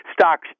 stocks